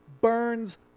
burns